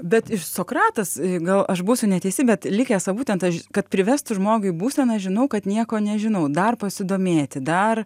bet sokratas jeigu aš būsiu neteisi bet likęs būtent aš kad privestų žmogui būseną žinau kad nieko nežinau dar pasidomėti dar